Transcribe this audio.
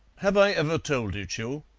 have i ever told it you?